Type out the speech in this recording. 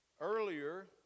earlier